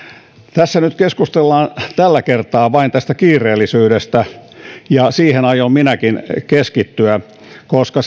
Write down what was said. tässä nyt keskustellaan tällä kertaa vain tästä kiireellisyydestä ja siihen aion minäkin keskittyä koska